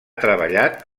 treballat